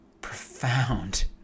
profound